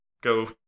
Go